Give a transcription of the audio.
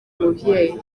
umubyeyi